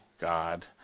God